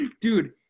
Dude